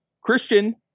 christian